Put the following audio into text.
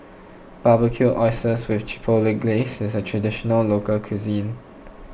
Barbecued Oysters with Chipotle Glaze is a Traditional Local Cuisine